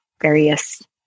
various